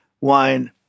wine